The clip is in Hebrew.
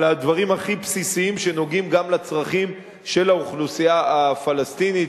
על הדברים הכי בסיסיים שנוגעים גם לצרכים של האוכלוסייה הפלסטינית,